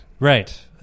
Right